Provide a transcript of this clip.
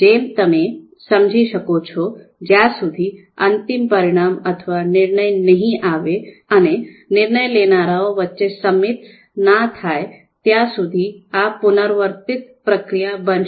જેમ તમે સમજી શકો છો જ્યાં સુધી અંતિમ પરિણામ અથવા નિર્ણય નહીં આવે અને નિર્ણય લેનારાઓ વચ્ચે સંમતિ ન થાય ત્યાં સુધી આ પુનરાવર્તિત પ્રક્રિયા બનશે